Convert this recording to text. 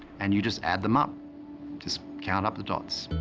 and you just add them up just count up the dots.